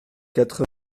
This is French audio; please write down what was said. quatre